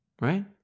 right